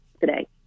today